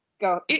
go